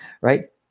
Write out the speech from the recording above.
right